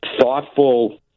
thoughtful